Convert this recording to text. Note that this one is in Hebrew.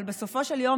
אבל בסופו של יום,